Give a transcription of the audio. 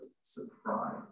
surprise